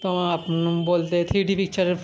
তোমার বলতে থ্রিডি পিকচারের